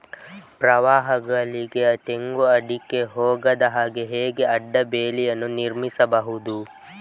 ಪ್ರವಾಹಗಳಿಗೆ ತೆಂಗು, ಅಡಿಕೆ ಹೋಗದ ಹಾಗೆ ಹೇಗೆ ಅಡ್ಡ ಬೇಲಿಯನ್ನು ನಿರ್ಮಿಸಬಹುದು?